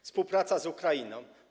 Współpraca z Ukrainą.